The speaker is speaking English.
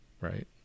right